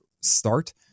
start